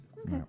Okay